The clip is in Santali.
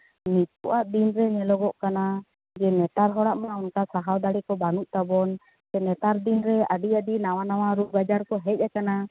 ᱱᱤᱛᱳᱜᱟᱜ ᱫᱤᱱ ᱨᱮ ᱧᱮᱞᱚᱜᱚᱜ ᱠᱟᱱᱟ ᱡᱮ ᱱᱮᱛᱟᱨ ᱦᱚᱲᱟᱜ ᱢᱟ ᱚᱱᱠᱟ ᱥᱟᱦᱟᱣ ᱫᱟᱲᱮ ᱠᱚ ᱵᱟᱹᱱᱩᱜ ᱛᱟᱵᱚᱱ ᱥᱮ ᱱᱮᱛᱟᱨ ᱫᱤᱱ ᱨᱮ ᱟᱹᱰᱤ ᱩᱛᱟᱹᱨ ᱱᱟᱣᱟ ᱼᱱᱟᱣᱟ ᱨᱳᱜᱽ ᱟᱡᱟᱨ ᱠᱚ ᱦᱮᱡ ᱟᱠᱟᱱᱟ